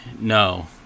no